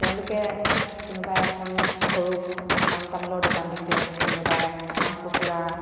তেওঁলোকে কোনোবাই এখন সৰু পাণ তামোলৰ দোকান দিছে কোনোবাই হাঁহ কুকুৰা